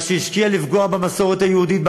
ממה שהיא השקיעה כדי לפגוע במסורת היהודית,